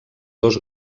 dos